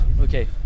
Okay